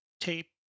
tape